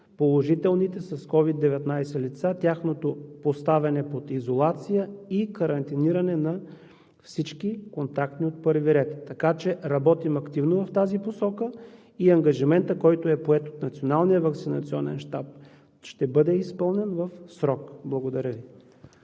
положителните с COVID-19 лица, тяхното поставяне под изолация и карантиниране на всички контактни от първи ред. Така че работим активно в тази посока и ангажиментът, който е поет от Националния ваксинационен щаб, ще бъде изпълнен в срок. Благодаря Ви.